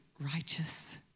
righteous